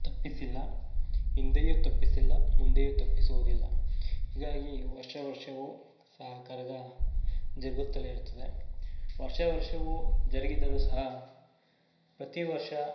ತಪ್ಪಿಸಿಲ್ಲ ಹಿಂದೆಯೂ ತಪ್ಪಿಸಿಲ್ಲ ಮುಂದೆಯೂ ತಪ್ಪಿಸೋದಿಲ್ಲ ಹೀಗಾಗಿ ವರ್ಷ ವರ್ಷವೂ ಆ ಕರಗ ಜರುಗುತ್ತಲೆ ಇರುತ್ತದೆ ವರ್ಷ ವರ್ಷವೂ ಜರಗಿದರು ಸಹ ಪ್ರತಿವರ್ಷ